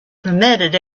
permitted